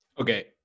Okay